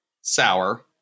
sour